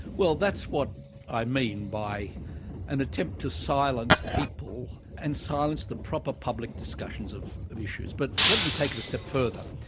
well that's what i mean by an attempt to silence people and silence the proper public discussions of of issues. but let me take it a step further.